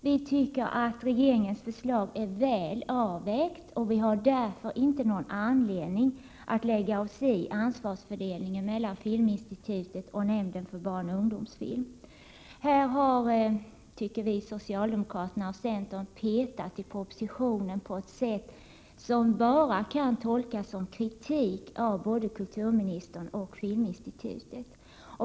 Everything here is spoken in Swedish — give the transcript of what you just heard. Vi tycker att regeringens förslag är väl avvägt, och vi har därför inte sett någon anledning att lägga oss i ansvarsfördelningen mellan Filminstitutet och nämnden för barnoch ungdomsfilm. Vi tycker att socialdemokraterna och centern här har petat i propositionen på ett sätt som bara kan tolkas som kritik mot både kulturministern och Filminstitutet.